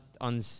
on